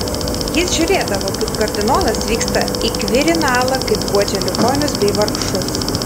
jis žiūrėdavo kaip kardinolas vyksta į kvirinalą kaip guodžia ligonius bei vargšus